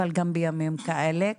אבל גם בימים כאלה,